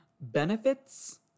Benefits